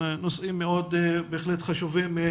הנושאים שעלו כאן בהחלט חשובים.